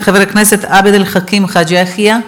חבר הכנסת עבד אל חכים חאג' יחיא.